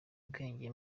ubwenge